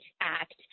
act